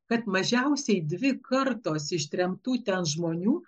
kad mažiausiai dvi kartos ištremtų ten žmonių